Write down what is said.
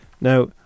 Now